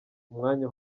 umwanya